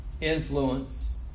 influence